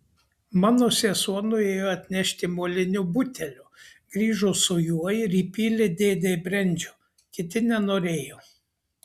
mano sesuo nuėjo atnešti molinio butelio grįžo su juo ir įpylė dėdei brendžio kiti nenorėjo